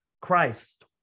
Christ